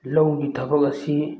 ꯂꯧꯒꯤ ꯊꯕꯛ ꯑꯁꯤ